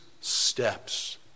steps